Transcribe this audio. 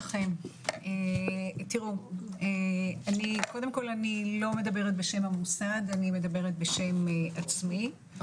אני לא מדברת בשם המוסד אלא בשם עצמי,